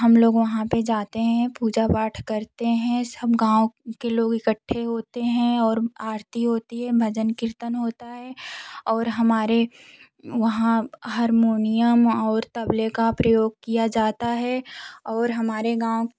हम लोग वहाँ पे जातें हैं पूजा पाठ करते हैं सब गाँव के लोग इकठ्ठे होते हैं और आरती होती हैं भजन कीर्तन होता हैं और हमारें वहाँ हरमुनियम और तबले का प्रयोग किया जाता हैं और हमारे गाँव